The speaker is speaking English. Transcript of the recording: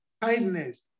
kindness